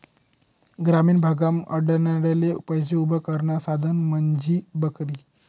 ग्रामीण भागमा आडनडले पैसा उभा करानं साधन म्हंजी बकरी